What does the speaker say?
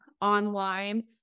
online